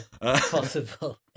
possible